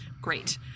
Great